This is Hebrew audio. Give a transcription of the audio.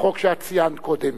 בחוק שאת ציינת קודם.